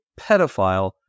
pedophile